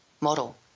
model